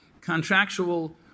contractual